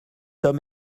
homme